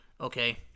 Okay